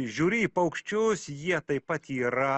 žiūri į paukščius jie taip pat yra